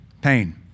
Pain